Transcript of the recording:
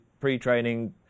pre-training